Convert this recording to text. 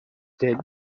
did